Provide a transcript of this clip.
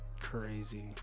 Crazy